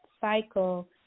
cycle